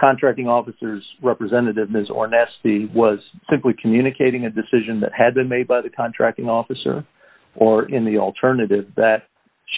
contracting officers representativeness or nasty was simply communicating a decision that had been made by the contracting officer or in the alternative that